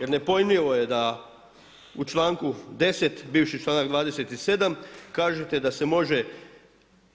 Jer ne pojmljivo je da u čl. 10. bivši čl.27 kažete da se može